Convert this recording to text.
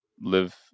live